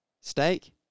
Steak